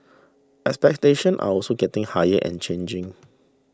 expectations are also getting higher and changing